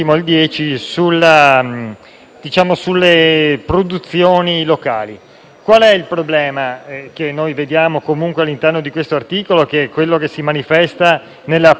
sulle produzioni locali. Qual è il problema che riscontriamo comunque all'interno di questo articolo 9 e che si manifesta nella pluralità di tutto il provvedimento?